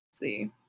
See